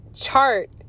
Chart